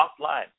offline